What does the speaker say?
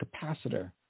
capacitor